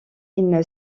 une